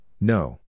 no